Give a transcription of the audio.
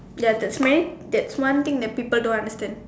you have to sneeze that's one thing that people don't understand